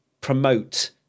promote